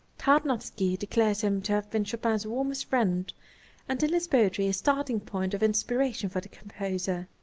tarnowski declares him to have been chopin's warmest friend and in his poetry a starting point of inspiration for the composer.